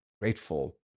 grateful